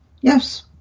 Yes